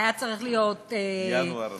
היה צריך להיות ינואר 2015,